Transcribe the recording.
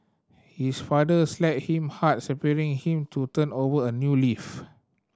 his father slapped him hard spurring him to turn over a new leaf